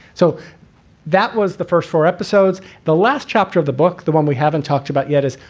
so that was the first four episodes, the last chapter of the book, the one we haven't talked about yet is,